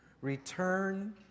return